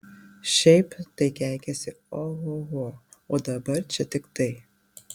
šiaip tai keikiasi ohoho o dabar čia tik tai